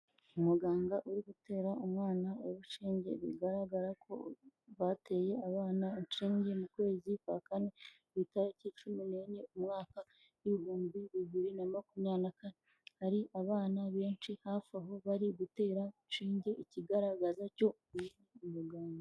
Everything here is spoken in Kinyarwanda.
Umuganga uri gutera umwana urushenge. Bigaragara ko bateye abana inshinge mu kwezi kwa kane, ku itariki cumi n'enye, umwaka w'ibihumbi bibiri na makumyabiri na kane. Hari abana benshi hafi aho, bari gutera shinge; ikigaragaza cyo uyu ni umuganga.